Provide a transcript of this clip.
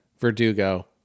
Verdugo